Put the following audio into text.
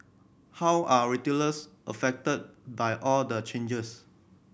how are retailers affected by all the changes